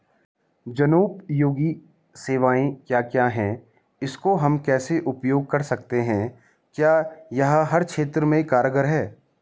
जनोपयोगी सेवाएं क्या क्या हैं इसको हम कैसे उपयोग कर सकते हैं क्या यह हर क्षेत्र में कारगर है?